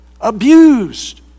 abused